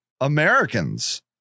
Americans